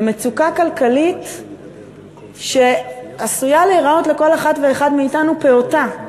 ומצוקה כלכלית שעשויה להיראות לכל אחד ואחד מאתנו פעוטה,